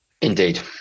indeed